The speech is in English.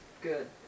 Good